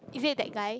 isn't it that guy